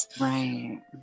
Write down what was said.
Right